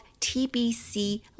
TBC